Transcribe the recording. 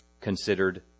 considered